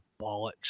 bollocks